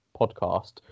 podcast